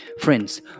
Friends